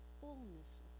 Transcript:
fullness